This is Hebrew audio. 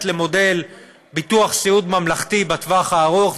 למודל ביטוח סיעוד ממלכתי בטווח הארוך,